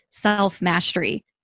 self-mastery